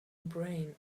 brain